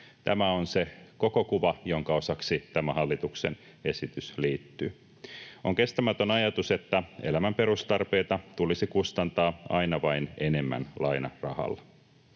Tämä on se koko kuva, jonka osaksi tämä hallituksen esitys liittyy. On kestämätön ajatus, että elämän perustarpeita tulisi kustantaa aina vain enemmän lainarahalla.